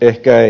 ehkä ei